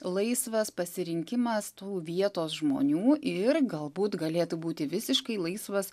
laisvas pasirinkimas tų vietos žmonių ir galbūt galėtų būti visiškai laisvas